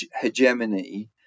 hegemony